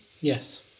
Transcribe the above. Yes